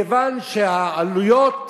מכיוון שהעלויות